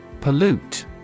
Pollute